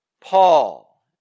Paul